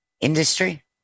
industry